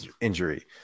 injury